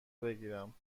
بگیرم